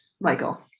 Michael